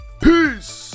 Peace